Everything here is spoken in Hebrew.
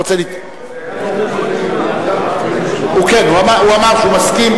כן, הוא אמר שהוא מסכים